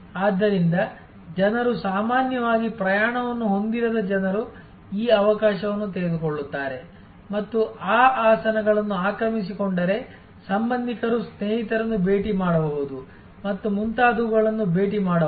ಆದ್ದರಿಂದ ಜನರು ಸಾಮಾನ್ಯವಾಗಿ ಪ್ರಯಾಣವನ್ನು ಹೊಂದಿರದ ಜನರು ಈ ಅವಕಾಶವನ್ನು ತೆಗೆದುಕೊಳ್ಳುತ್ತಾರೆ ಮತ್ತು ಆ ಆಸನಗಳನ್ನು ಆಕ್ರಮಿಸಿಕೊಂಡರೆ ಸಂಬಂಧಿಕರು ಸ್ನೇಹಿತರನ್ನು ಭೇಟಿ ಮಾಡಬಹುದು ಮತ್ತು ಮುಂತಾದವುಗಳನ್ನು ಭೇಟಿ ಮಾಡಬಹುದು